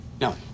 No